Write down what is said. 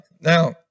Now